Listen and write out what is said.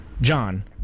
John